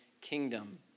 kingdom